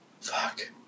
Fuck